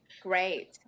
great